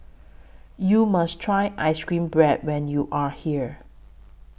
YOU must Try Ice Cream Bread when YOU Are here